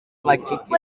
bacecetse